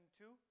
two